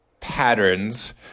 patterns